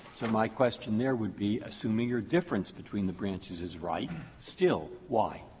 so my question there would be, assuming your difference between the branches is right, still why?